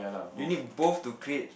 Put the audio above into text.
you need both to create